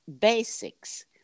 basics